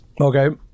Okay